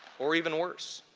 or even worse.